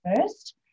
first